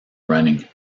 running